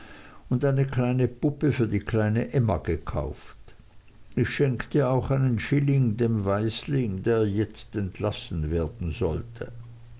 und eine kleine puppe für die kleine emma gekauft ich schenkte auch einen schilling dem waisling der jetzt entlassen werden sollte